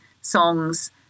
songs